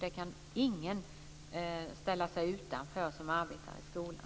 Det kan ingen ställa sig utanför som arbetar i skolan.